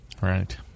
Right